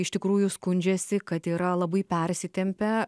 iš tikrųjų skundžiasi kad yra labai persitempę